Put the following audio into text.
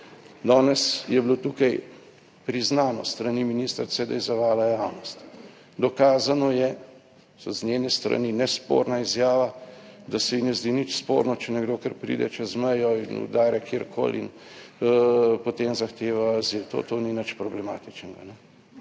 Danes je bilo tukaj priznano s strani ministrice, da je zavajala javnost. Dokazano je, z njene strani, nesporna izjava, da se ji ne zdi nič sporno, če nekdo kar pride čez mejo in udari kjerkoli in potem zahteva azil, to ni nič problematičnega.